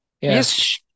Yes